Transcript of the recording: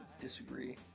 disagree